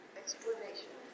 explanation